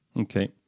Okay